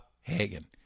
Hagen